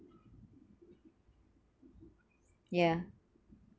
yeah